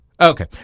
Okay